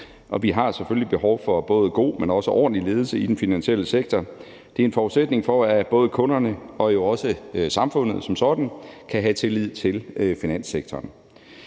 vi har selvfølgelig behov for både god, men også ordentlig ledelse i den finansielle sektor. Det er en forudsætning for, at både kunderne og jo også samfundet som sådan kan have tillid til finanssektoren.